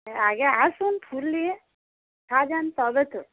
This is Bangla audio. হ্যাঁ আগে আসুন ফুল নিয়ে সাজান তবে তো